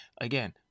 Again